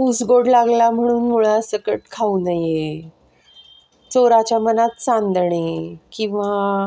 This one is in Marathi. उस गोड लागला म्हणून मुळासकट खाऊ नये चोराच्या मनात चांदणे किंवा